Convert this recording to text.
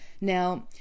Now